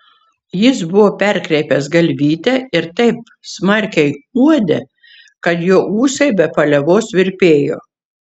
jis buvo perkreipęs galvytę ir taip smarkiai uodė kad jo ūsai be paliovos virpėjo